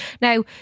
Now